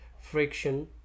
friction